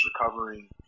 recovering